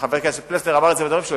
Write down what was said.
חבר הכנסת פלסנר אמר את זה בדברים שלו,